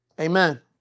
Amen